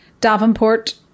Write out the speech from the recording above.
Davenport